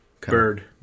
Bird